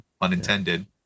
unintended